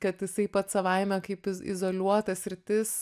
kad jisai pats savaime kaip izoliuota sritis